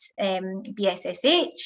BSSH